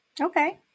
Okay